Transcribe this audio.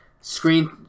screen